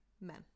men